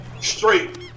straight